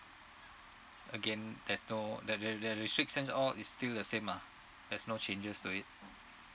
again there's no the the the restriction all is still the same lah there's no changes to it